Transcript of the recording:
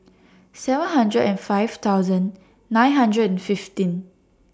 seven hundred and five thousand nine hundred and fifteen